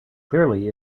clearly